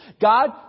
God